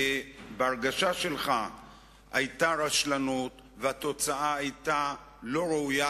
ובהרגשה שלך היתה רשלנות והתוצאה היתה לא ראויה,